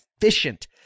efficient